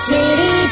City